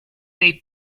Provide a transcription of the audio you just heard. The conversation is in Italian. dei